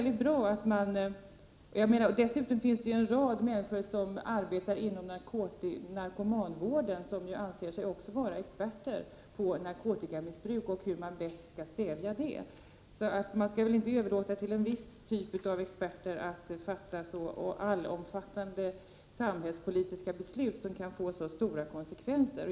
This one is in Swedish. Dessutom finns det ett antal människor som arbetar inom narkomanvården, människor som också anser sig vara experter på narkotikamissbruk och på hur man bäst skall stävja det. Man skall nog inte överlåta till en viss typ av experter att fatta så allomfattande, samhällspolitiska beslut som kan få så stora konsekvenser.